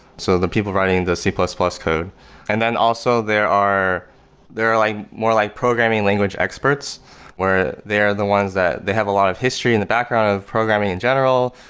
so the people writing the c plus plus code and then also, there are there are like more like programming language experts where they are the ones that they have a lot of history in the background of programming in general.